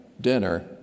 dinner